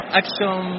action